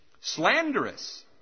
slanderous